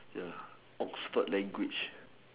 ya Oxford language